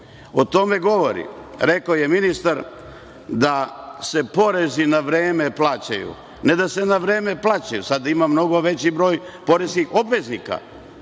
O tome govori, rekao je ministar da se porezi na vreme plaćaju. Ne da se na vreme plaćaju, sada ima mnogo veći broj poreskih obveznika,